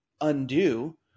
undo